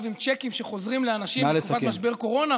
עם צ'קים שחוזרים לאנשים בתקופת משבר הקורונה,